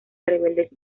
rebeldes